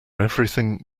everything